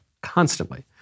constantly